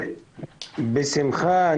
בשמחה.